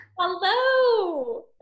Hello